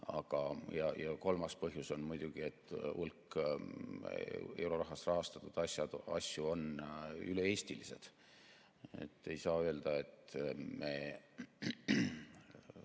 Ja kolmas põhjus on muidugi, et hulk eurorahast rahastatud asju on üle-eestilised. Ei saa öelda, et me